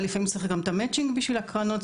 לפעמים צריך גם את המצ'ינג בשביל הקרנות.